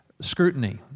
scrutiny